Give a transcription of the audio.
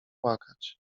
płakać